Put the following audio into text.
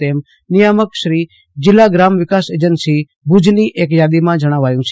તેમ નિયામકશ્રી જિલ્લા ગ્રામ વિકાસ એજન્સી ભુજ કચ્છની એક યાદીમાં જણાવાયુ છે